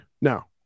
now